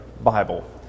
Bible